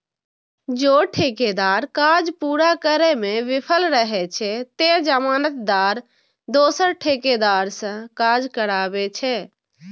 जौं ठेकेदार काज पूरा करै मे विफल रहै छै, ते जमानतदार दोसर ठेकेदार सं काज कराबै छै